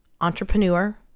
Entrepreneur